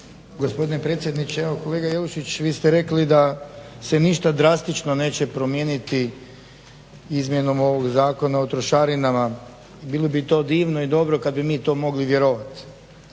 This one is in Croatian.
Gospodine predsjedniče, evo kolega Jelušić vi ste rekli da se ništa drastično neće promijeniti izmjenom ovog Zakona o trošarinama. Bilo bi to divno i dobro kad bi mi to mogli vjerovati.